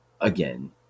again